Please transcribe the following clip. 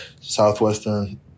southwestern